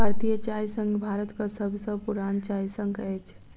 भारतीय चाय संघ भारतक सभ सॅ पुरान चाय संघ अछि